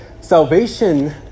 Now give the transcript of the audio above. salvation